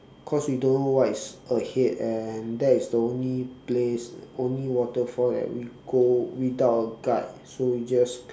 cause we don't know what is ahead and that is the only place only waterfall that we go without a guide so we just